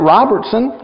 Robertson